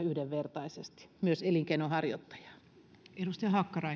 yhdenvertaisesti kaikkia myös elinkeinonharjoittajaa arvoisa